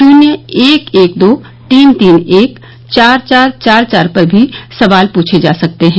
शून्य एक एक दो तीन तीन एक चार चार चार चार पर भी सवाल पूछे जा सकते हैं